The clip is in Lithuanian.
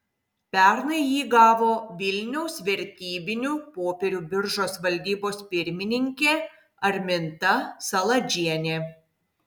pernai jį gavo vilniaus vertybinių popierių biržos valdybos pirmininkė arminta saladžienė